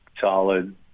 solid